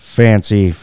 fancy